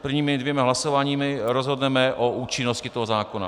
Prvními dvěma hlasováními rozhodneme o účinnosti tohoto zákona.